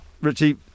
richie